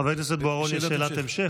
לחבר הכנסת בוארון יש שאלת המשך.